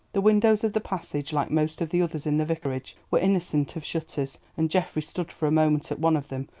the windows of the passage, like most of the others in the vicarage, were innocent of shutters, and geoffrey stood for a moment at one of them,